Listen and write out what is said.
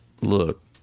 look